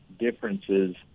differences